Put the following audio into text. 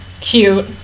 cute